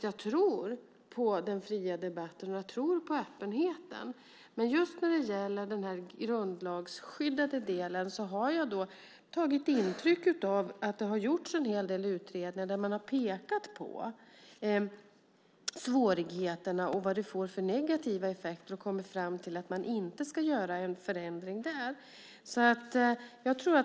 Jag tror på den fria debatten och på öppenheten. Men just när det gäller den grundlagsskyddade delen har jag tagit intryck av att det har gjorts en hel del utredningar där man har pekat på svårigheterna och vad det får för negativa effekter, och man har kommit fram till att man inte ska göra en förändring där.